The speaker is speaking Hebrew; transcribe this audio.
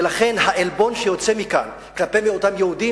ולכן העלבון שיוצא מכאן כלפי אותם יהודים,